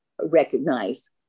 recognize